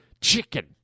chicken